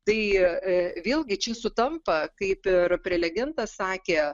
tai e vėlgi čia sutampa kaip ir prelegentas sakė